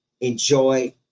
enjoy